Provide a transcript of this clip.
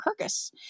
Kirkus